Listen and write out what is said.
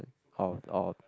or or